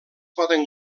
poden